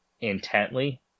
intently